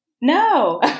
no